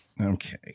okay